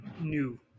new